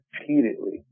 repeatedly